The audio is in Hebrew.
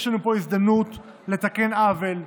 יש לנו פה הזדמנות לתקן עוול,